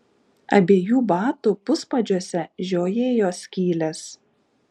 abiejų batų puspadžiuose žiojėjo skylės